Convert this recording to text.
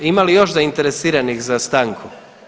Ima li još zainteresiranih za stanku?